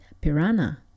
piranha